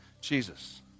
Jesus